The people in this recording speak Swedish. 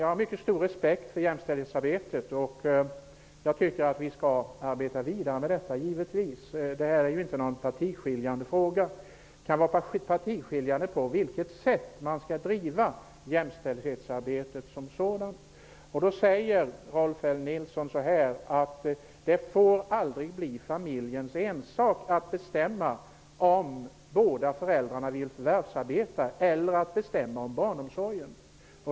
Jag har stor respekt för jämställdhetsarbetet och tycker att vi givetvis skall gå vidare med det. Det är inte någon partiskiljande fråga, även om spörsmålet på vilket sätt man skall driva jämställdhetsarbetet kan vara partiskiljande. Rolf L Nilson säger att det aldrig får bli familjens ensak att bestämma om båda föräldrarna vill förvärvsarbeta eller att bestämma om barnomsorgen.